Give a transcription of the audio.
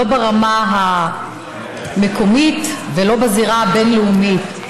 לא ברמה המקומית ולא בזירה הבין-לאומית,